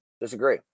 Disagree